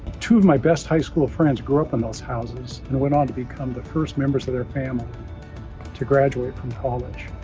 two of my best high school friends grew up in those houses and went on to become the first members of their family to graduate from college.